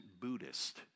Buddhist